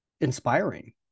inspiring